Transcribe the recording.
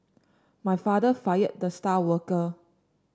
my father fired the star worker